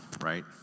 right